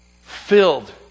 filled